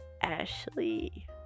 Ashley